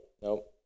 nope